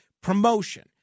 Promotion